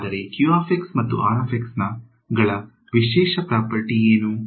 ಆದರೆ ಮತ್ತು ಗಳ ವಿಷೇಹ ಪ್ರಾಪರ್ಟಿ ಏನು